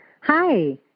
Hi